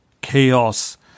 chaos